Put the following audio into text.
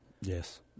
Yes